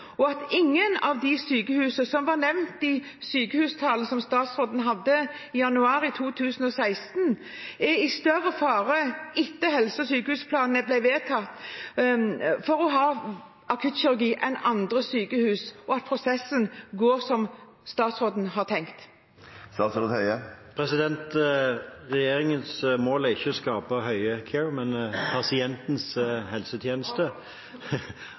og at ingen av de sykehusene som var nevnt i sykehustalen som statsråden hadde i januar 2016, er i større fare, etter at helse- og sykehusplanene ble vedtatt, for å ha akuttkirurgi enn andre sykehus, og at prosessen går som statsråden har tenkt? Regjeringens mål er ikke å skape «Høie-care», men pasientens helsetjeneste,